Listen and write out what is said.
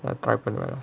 try பண்ணுவேன்:pannuvaen